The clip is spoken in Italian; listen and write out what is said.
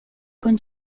con